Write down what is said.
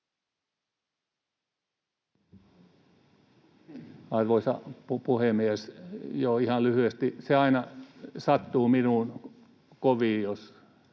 Arvoisa puhemies! Joo, ihan lyhyesti. — Se aina sattuu minuun kovin, jos